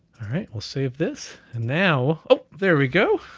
alright, we'll save this, and now, oh, there we go.